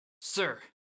Sir